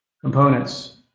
components